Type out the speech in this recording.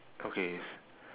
okays